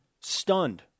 stunned